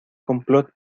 complot